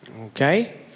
Okay